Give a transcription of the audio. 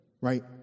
right